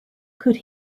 could